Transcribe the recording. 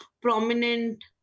prominent